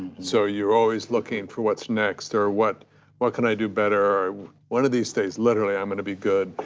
so you're always looking for what's next or what what can i do better? or one of these days, literally, i'm gonna be good.